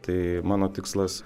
tai mano tikslas